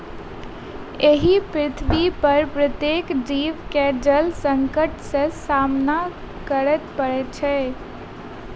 एहि पृथ्वीपर प्रत्येक जीव के जल संकट सॅ सामना करय पड़ैत छै